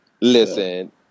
Listen